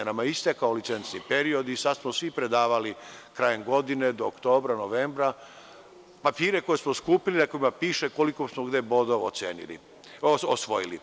Nama je istekao licencni period i sad smo svi predavali krajem godine do oktobra, novembra papire koje smo skupljali na kojima piše koliko smo gde bodova osvojili.